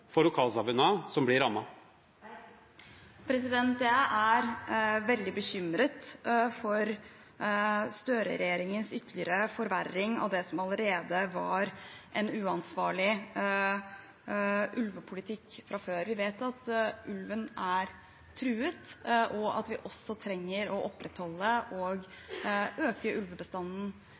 for lokalsamfunnene som blir rammet? Jeg er veldig bekymret for Støre-regjeringens ytterligere forverring av det som allerede var en uansvarlig ulvepolitikk. Vi vet at ulven er truet, og at vi også trenger å opprettholde og øke ulvebestanden